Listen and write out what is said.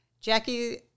Jackie